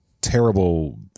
terrible